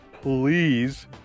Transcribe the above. please